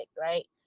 Right